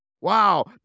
Wow